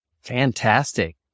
fantastic